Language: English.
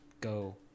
go